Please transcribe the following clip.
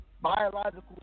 Biological